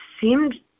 seemed